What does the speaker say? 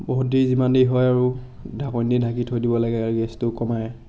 বহুত দেৰি যিমান দেৰি হয় আৰু ঢাকনী দি ঢাকি থৈ দিব লাগে আৰু গেছটো কমাই